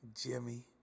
Jimmy